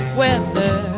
weather